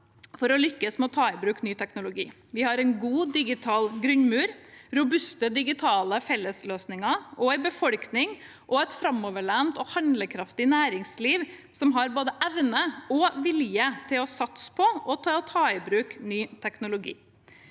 for å lykkes med å ta i bruk ny teknologi. Vi har en god digital grunnmur, robuste digitale fellesløsninger og en befolkning og et framoverlent og handlekraftig næringsliv som har både evne og vilje til å satse på og å ta i bruk ny teknologi.